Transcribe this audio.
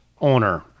owner